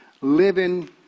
living